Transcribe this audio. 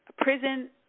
prison